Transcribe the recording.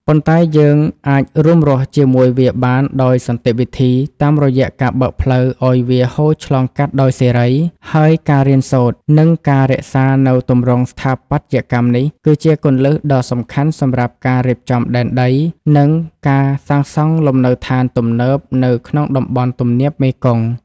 ប៉ុន្តែយើងអាចរួមរស់ជាមួយវាបានដោយសន្តិវិធី តាមរយៈការបើកផ្លូវឱ្យវាហូរឆ្លងកាត់ដោយសេរី ហើយការរៀនសូត្រ និងការរក្សានូវទម្រង់ស្ថាបត្យកម្មនេះ គឺជាគន្លឹះដ៏សំខាន់សម្រាប់ការរៀបចំដែនដី និងការសាងសង់លំនៅដ្ឋានទំនើបនៅក្នុងតំបន់ទំនាបមេគង្គ។